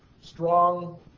strong